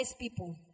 people